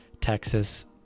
Texas